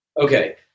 Okay